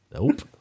Nope